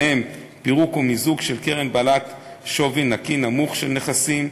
ובהם: פירוק או מיזוג של קרן בעלת שווי נקי נמוך של נכסים,